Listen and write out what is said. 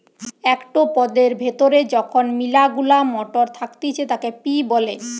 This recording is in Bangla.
একটো পদের ভেতরে যখন মিলা গুলা মটর থাকতিছে তাকে পি বলে